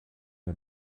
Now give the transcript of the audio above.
der